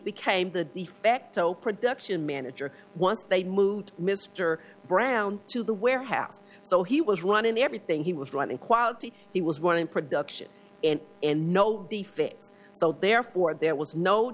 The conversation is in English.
became the de facto production manager once they moved mr brown to the warehouse so he was running everything he was running quality he was one in production and nobody fit so therefore there was no